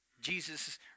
Jesus